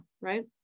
right